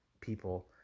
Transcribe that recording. people